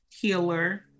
healer